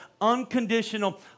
unconditional